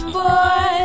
boy